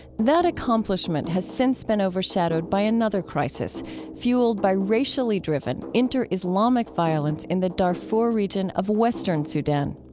that accomplishment has since been overshadowed by another crisis fueled by racially driven inter-islamic violence in the darfur region of western sudan.